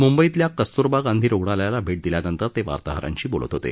मुंबईतल्या कस्त्रबा गांधी रुग्णालयाला भैट दिल्यानंतर ते वार्ताहरांशी बोलत होते